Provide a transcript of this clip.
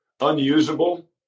unusable